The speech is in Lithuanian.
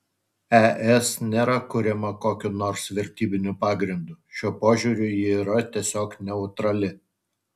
es nėra kuriama kokiu nors vertybiniu pagrindu šiuo požiūriu ji yra tiesiog neutrali